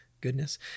goodness